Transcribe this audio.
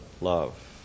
love